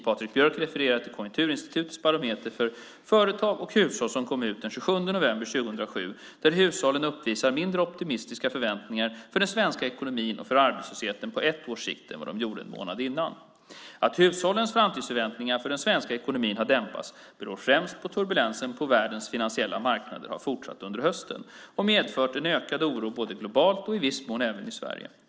Patrik Björck refererar till Konjunkturinstitutets barometer för företag och hushåll som kom ut den 27 november 2007 där hushållen uppvisar mindre optimistiska förväntningar för den svenska ekonomin och för arbetslösheten på ett års sikt än vad de gjorde en månad innan. Att hushållens framtidsförväntningar för den svenska ekonomin har dämpats beror främst på att turbulensen på världens finansiella marknader har fortsatt under hösten och medfört en ökad oro både globalt och i viss mån även i Sverige.